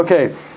Okay